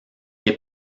est